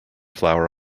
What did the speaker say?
flower